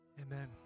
Amen